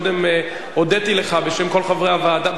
קודם הודיתי לך בשם כל חברי הוועדה,